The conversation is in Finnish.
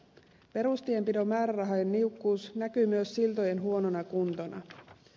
perustienpidon määrärahojen niukkuus näkyy myös siltojen huonona kuntona